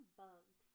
bugs